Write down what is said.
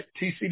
TCW